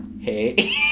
Hey